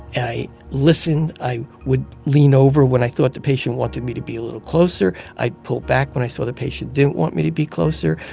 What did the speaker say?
and i listen. i would lean over when i thought the patient wanted me to be a little closer. i'd pull back when i saw the patient didn't want me to be closer.